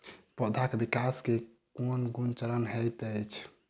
पौधाक विकास केँ केँ कुन चरण हएत अछि?